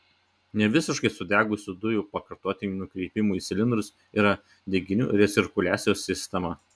nevisiškai sudegusių dujų pakartotiniam nukreipimui į cilindrus yra deginių recirkuliacijos sistema